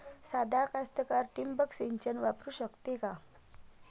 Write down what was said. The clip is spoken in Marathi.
सादा कास्तकार ठिंबक सिंचन वापरू शकते का?